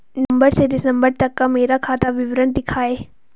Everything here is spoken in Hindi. नवंबर से दिसंबर तक का मेरा खाता विवरण दिखाएं?